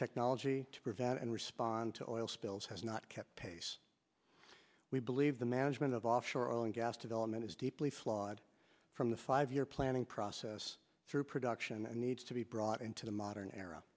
technology to prevent and respond to all spills has not kept pace we believe the management of offshore oil and gas development is deeply flawed the five year planning process through production needs to be brought into the modern era